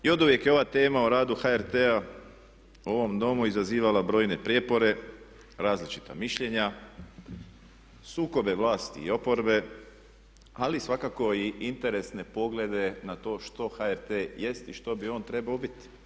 I oduvijek je ova tema o radu HRT-a u ovom Domu izazivala brojne prijepore, različita mišljenja, sukobe vlasti i oporbe ali svakako i interesne poglede na to što HRT jest i što bi on trebao biti.